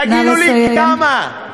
תגידו לי, כמה?